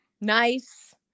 nice